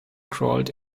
crawled